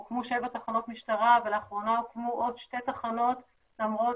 הוקמו שבע תחנות משטרה ולאחרונה הוקמו עוד שתי תחנות למרות